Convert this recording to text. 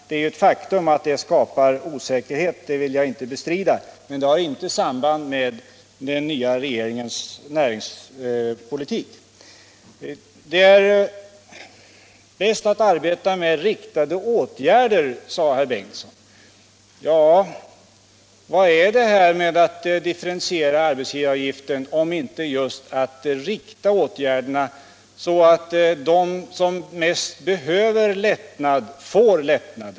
Det är ett faktum att den skapar osäkerhet — det vill jag inte bestrida — men den har alltså inget samband med den nya regeringens näringspolitik. Det är bäst att arbeta med riktade åtgärder, sade herr Bengtsson. Ja, vad är detta att differentiera arbetsgivaravgiften om inte just att rikta åtgärderna så att de som bäst behöver en lättnad får den?